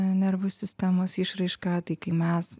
nervų sistemos išraiška tai kai mes